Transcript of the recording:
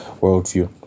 worldview